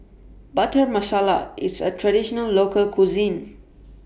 Butter Masala IS A Traditional Local Cuisine